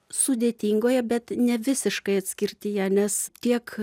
sudėtingoje bet ne visiškai atskirtyje nes tiek